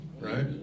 right